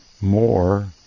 more